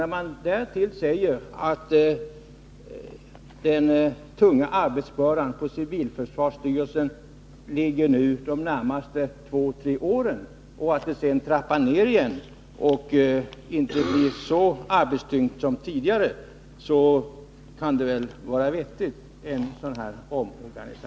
När man nu anför att den tunga arbetsbördan ligger på civilförsvarsstyrelsen just under de närmaste två tre åren och att arbetsmängden sedan trappas ned igen, kan det väl vara vettigt med en omorganisation sådan som den föreslagna.